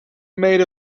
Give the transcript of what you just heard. made